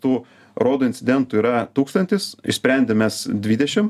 tų rodo incidentų yra tūkstantis išsprendę mes dvidešim